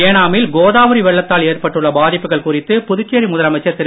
ஏனாமில் கோதாவரி வெள்ளத்தால் ஏற்பட்டுள்ள பாதிப்புகள் குறித்து புதுச்சேரி முதலமைச்சர் திரு